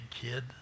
kid